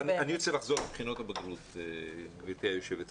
אני רוצה לחזור לבחינות הבגרות, גברתי היושבת ראש.